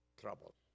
trouble